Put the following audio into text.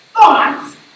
thoughts